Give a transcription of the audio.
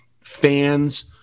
fans